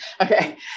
Okay